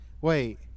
Wait